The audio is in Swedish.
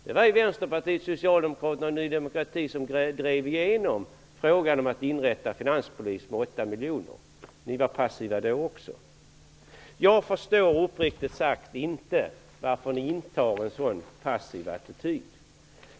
Det var Vänsterpartiet, Socialdemokraterna och Ny demokrati som drev igenom inrättandet av finanspolisen genom att anslå 8 miljoner kronor. Ni var passiva även då. Uppriktigt sagt förstår jag inte varför ni intar en sådan passiv attityd.